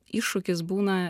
iššūkis būna